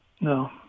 No